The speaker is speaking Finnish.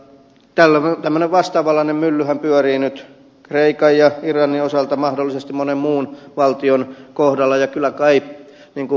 tämmöinen vastaavanlainen myllyhän pyörii nyt kreikan ja irlannin osalta mahdollisesti monen muun valtion kohdalla ja kyllä kai niin kuin ed